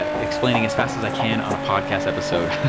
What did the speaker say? ah explaining as fast as i can on a podcast episode.